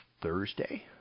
Thursday